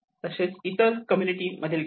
तसेच इतर कम्युनिटी मधील गॅप